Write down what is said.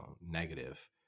negative